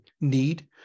need